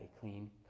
clean